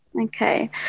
okay